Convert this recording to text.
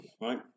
Right